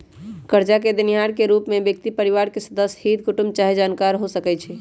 करजा देनिहार के रूप में व्यक्ति परिवार के सदस्य, हित कुटूम चाहे जानकार हो सकइ छइ